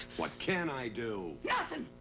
what can i do? nothing!